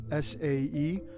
SAE